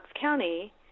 County